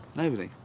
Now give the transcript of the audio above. nobody.